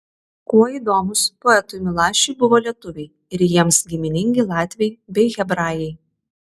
kuo įdomūs poetui milašiui buvo lietuviai ir jiems giminingi latviai bei hebrajai